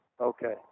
Okay